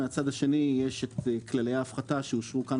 ומהצד השני יש את כללי ההפחתה שאושרו כאן,